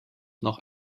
noch